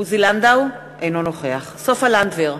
אינו נוכח סופה לנדבר,